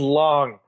long